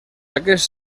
aquest